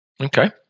Okay